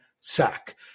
sack